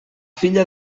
filla